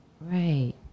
Right